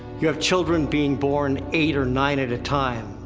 you have children being born eight or nine at a time.